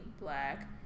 Black